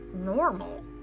normal